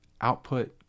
output